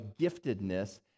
giftedness